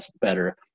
better